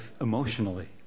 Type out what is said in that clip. emotionally